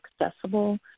accessible